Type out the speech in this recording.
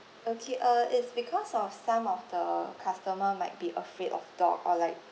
okay uh it's because of some of the customer might be afraid of dogs or